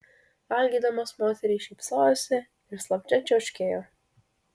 valgydamos moterys šypsojosi ir slapčia čiauškėjo